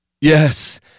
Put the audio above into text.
Yes